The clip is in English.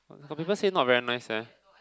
got people say not very nice leh